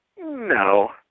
No